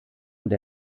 und